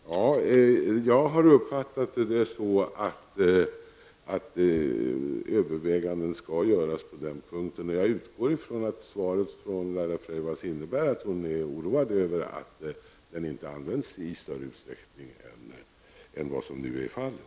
Herr talman! Jag har uppfattat det på ett sådant sätt att överväganden skall göras på den punkten. Jag utgår från att svaret från Laila Freivalds innebär att hon är oroad över att den paragrafen inte används i större utsträckning än vad som nu är fallet.